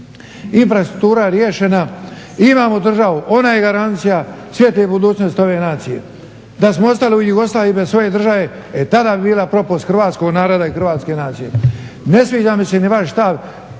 infrastruktura je riješena. Imamo državu, ona je garancija svijetle budućnosti ove nacije. Da smo ostali u Jugoslaviji bez svoje države, e tada bi bila propast Hrvatskog naroda i Hrvatske nacije. Ne sviđa mi se ni vaš stav,